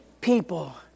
people